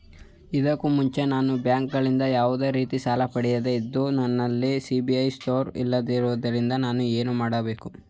ಇದಕ್ಕೂ ಮುಂಚೆ ನಾನು ಬ್ಯಾಂಕ್ ಗಳಿಂದ ಯಾವುದೇ ರೀತಿ ಸಾಲ ಪಡೆಯದೇ ಇದ್ದು, ನನಲ್ಲಿ ಸಿಬಿಲ್ ಸ್ಕೋರ್ ಇಲ್ಲದಿರುವುದರಿಂದ ನಾನು ಏನು ಮಾಡಬೇಕು?